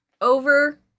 over